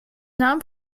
non